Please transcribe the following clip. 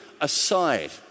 aside